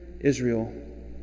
Israel